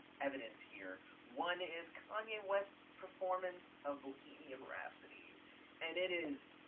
evidence here one is kanye west's performance of bohemian rhapsody and it is.